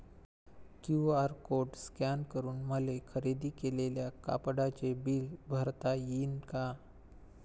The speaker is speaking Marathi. क्यू.आर कोड स्कॅन करून मले खरेदी केलेल्या कापडाचे बिल भरता यीन का?